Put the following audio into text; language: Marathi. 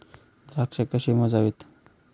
द्राक्षे कशी मोजावीत?